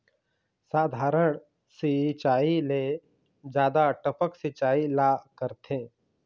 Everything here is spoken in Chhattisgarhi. साधारण सिचायी ले जादा टपक सिचायी ला करथे